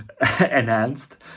enhanced